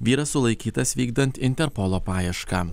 vyras sulaikytas vykdant interpolo paiešką